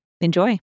Enjoy